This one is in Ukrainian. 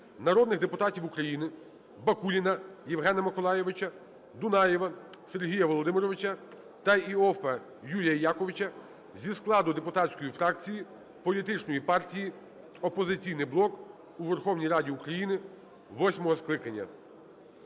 народних депутатів України Бакуліна Євгена Миколайовича, Дунаєва Сергія Володимировича та Іоффе Юлія Яковича зі складу депутатської фракції Політичної партії "Опозиційний блок" у Верховній Раді України восьмого скликання.